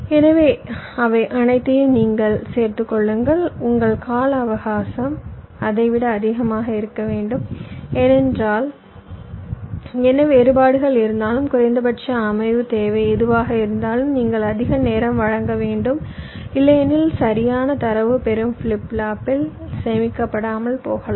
எனவே அவை அனைத்தையும் நீங்கள் சேர்த்துக் கொள்ளுங்கள் உங்கள் கால அவகாசம் அதைவிட அதிகமாக இருக்க வேண்டும் ஏனென்றால் என்ன வேறுபாடுகள் இருந்தாலும் குறைந்தபட்ச அமைவு தேவை எதுவாக இருந்தாலும் நீங்கள் அதிக நேரம் வழங்க வேண்டும் இல்லையெனில் சரியான தரவு பெறும் ஃபிளிப் ஃப்ளாப்பில் சேமிக்கப்படாமல் போகலாம்